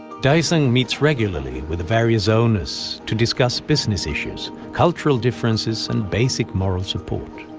dae sung meets regularly with the various owners to discuss business issues, cultural differences, and basic moral support.